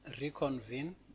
reconvene